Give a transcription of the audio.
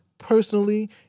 personally